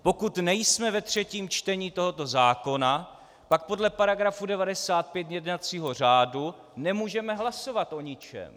Pokud nejsme ve třetím čtení tohoto zákona, pak podle § 95 jednacího řádu nemůžeme hlasovat o ničem!